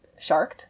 Sharked